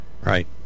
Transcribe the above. Right